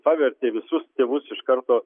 pavertė visus tėvus iš karto